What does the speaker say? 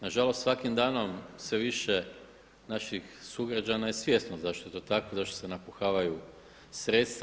Nažalost, svakim danom sve više naših sugrađana je svjesno zašto je to tako, zašto se napuhavaju sredstva.